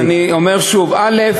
טוב, אז אני אומר שוב: א.